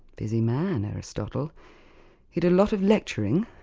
busy man, aristotle he did a lot of lecturing,